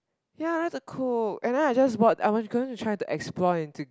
ya I like to cook and then I just bought I want gonna try to explore into